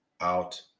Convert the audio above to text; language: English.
out